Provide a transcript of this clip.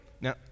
Now